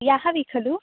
याहवि खलु